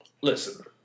Listen